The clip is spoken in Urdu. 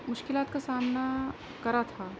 مشکلات کا سامنا کرا تھا